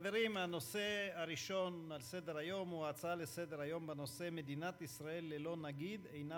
נעבור להצעות לסדר-היום מס' 1131 ו-1132 בנושא: מדינת ישראל ללא נגיד,